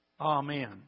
Amen